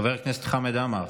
חבר הכנסת חמד עמאר,